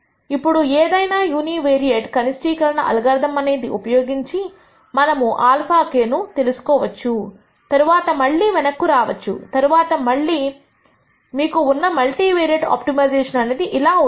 ఇప్పుడు ఏదైనా ఒక యూనివేరియేట్ కనిష్టీకరణ అల్గారిథం అనేది ఉపయోగించి మనము αk ను తెలుసుకోవచ్చు తరువాత మళ్లీ వెనక్కు రావచ్చు తర్వాత మీకు ఉన్న మల్టీవేరియేట్ ఆప్టిమైజేషన్ అనేది ఇలా అవుతుంది